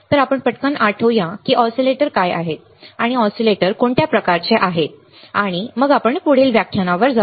तर आपण पटकन आठवूया की ऑसीलेटर काय आहेत आणि ऑसिलेटर कोणत्या प्रकारचे आहेत आणि मग आपण पुढील व्याख्यान वर जाऊ